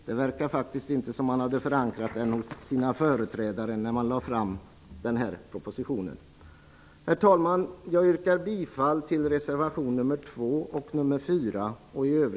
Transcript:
Det verkar dock faktiskt inte som om man har förankrat den hos sina företrädare när man har lagt fram denna proposition. Herr talman! Jag yrkar bifall till reservationerna nr